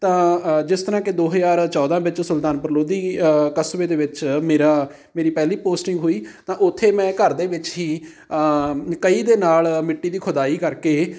ਤਾਂ ਜਿਸ ਤਰ੍ਹਾਂ ਕਿ ਦੋ ਹਜ਼ਾਰ ਚੌਦਾਂ ਵਿੱਚ ਸੁਲਤਾਨਪੁਰ ਲੋਧੀ ਕਸਬੇ ਦੇ ਵਿੱਚ ਮੇਰਾ ਮੇਰੀ ਪਹਿਲੀ ਪੋਸਟਿੰਗ ਹੋਈ ਤਾਂ ਉੱਥੇ ਮੈਂ ਘਰ ਦੇ ਵਿੱਚ ਹੀ ਕਹੀ ਦੇ ਨਾਲ਼ ਮਿੱਟੀ ਦੀ ਖੁਦਾਈ ਕਰਕੇ